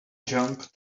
jump